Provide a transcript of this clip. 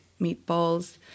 meatballs